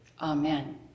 Amen